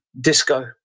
disco